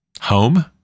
home